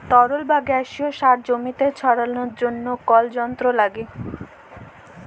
তরল বা গাসিয়াস সার জমিতে ছড়ালর জন্হে কল যন্ত্র লাগে